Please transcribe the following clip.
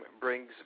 brings